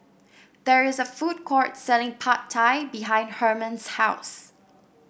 there is a food court selling Pad Thai behind Hermon's house